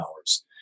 hours